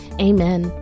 amen